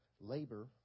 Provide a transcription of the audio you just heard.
Labor